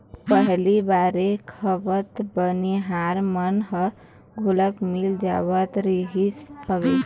पहिली बेरा बखत बनिहार मन ह घलोक मिल जावत रिहिस हवय